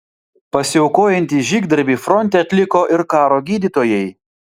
pasiaukojantį žygdarbį fronte atliko ir karo gydytojai